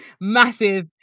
massive